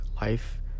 life